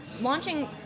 launching